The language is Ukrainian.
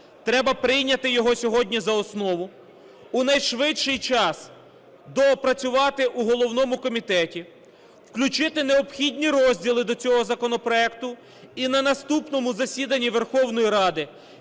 Треба прийняти його сьогодні за основу, у найшвидший час доопрацювати у головному комітеті, включити необхідні розділи до цього законопроекту і на наступному засіданні Верховної Ради,